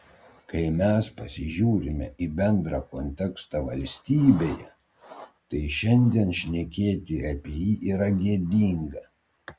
kai mes pasižiūrime į bendrą kontekstą valstybėje tai šiandien šnekėti apie jį yra gėdinga